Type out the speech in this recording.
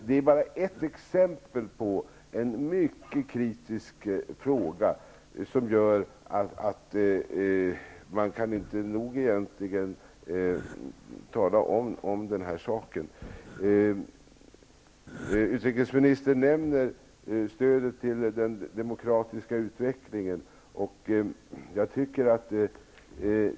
Det här är bara ett exempel på en mycket kritisk fråga, och man kan inte tala nog om denna fråga. Utrikesministern nämnde stödet till den demokratiska utvecklingen.